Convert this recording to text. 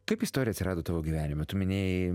kaip istorija atsirado tavo gyvenime tu minėjai